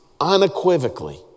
unequivocally